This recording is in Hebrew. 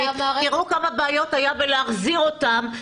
תראו כמה בעיות היו בלהחזיר אותם.